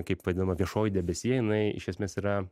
kaip vadinama viešoji debesija jinai iš esmės yra